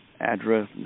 address